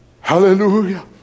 Hallelujah